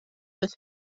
with